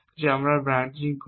যে আমরা ব্রাঞ্চিং করি